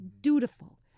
dutiful